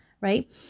Right